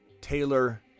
Taylor